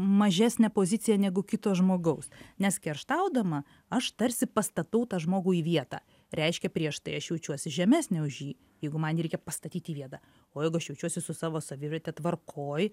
mažesnė pozicija negu kito žmogaus nes kerštaudama aš tarsi pastatau tą žmogų į vietą reiškia prieš tai aš jaučiuosi žemesnė už jį jeigu man jį reikia pastatyt į vietą o jeigu aš jaučiuosi su savo saviverte tvarkoj